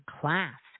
class